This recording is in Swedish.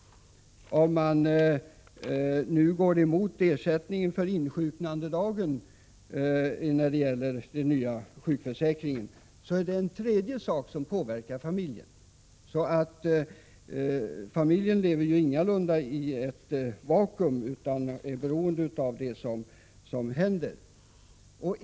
Om man nu går emot ersättningen för insjuknandedagen när det gäller den nya sjukförsäkringen är det en tredje sak som påverkar familjen. Familjen lever ingalunda i ett vakuum utan är beroende av det som händer.